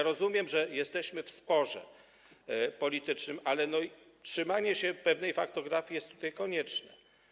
Rozumiem, że jesteśmy w sporze politycznym, ale trzymanie się pewnej faktografii jest tutaj konieczne.